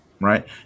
Right